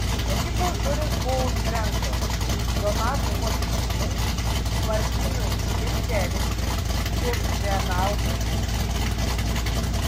ekipos durys buvo užtrenktos donatui motiejūnui martynui gecevičiui ir renaldui seibučiui